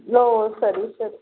ಓಹ್ ಸರಿ ಸರಿ